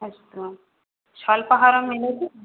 अस्तु स्वल्पाहारः मिलति